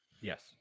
Yes